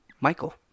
Michael